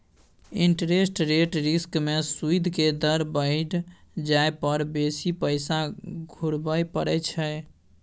interest rate risk में सूइद के दर बइढ़ जाइ पर बेशी पैसा घुरबइ पड़इ छइ